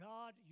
God